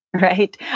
right